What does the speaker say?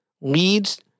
leads